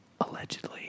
allegedly